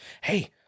Hey